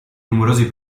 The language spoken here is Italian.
numerosi